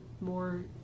more